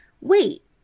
wait